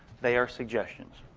they are suggestions.